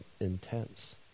intense